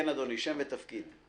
אדוני, בבקשה.